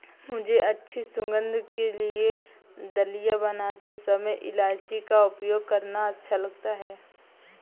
मुझे अच्छी सुगंध के लिए दलिया बनाते समय इलायची का उपयोग करना अच्छा लगता है